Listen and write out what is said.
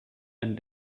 and